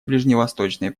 ближневосточной